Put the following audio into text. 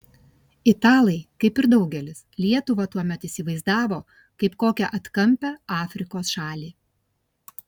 italai kaip ir daugelis lietuvą tuomet įsivaizdavo kaip kokią atkampią afrikos šalį